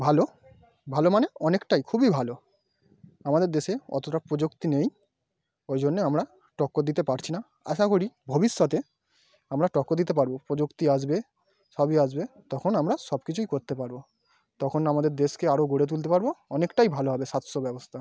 ভালো ভালো মানে অনেকটাই খুবই ভালো আমাদের দেশে অতোটা প্রযুক্তি নেই ওই জন্যে আমরা টক্কর দিতে পারছি না আশা করি ভবিষ্যতে আমরা টক্কর দিতে পারবো প্রযুক্তি আসবে সবই আসবে তখন আমরা সব কিছুই করতে পারবো তখন আমাদের দেশকে আরো গড়ে তুলতে পারবো অনেকটাই ভালো হবে সাতশো ব্যবস্থা